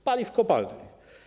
Spali w kopalni.